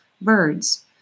birds